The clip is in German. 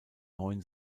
neun